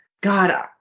God